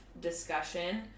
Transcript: discussion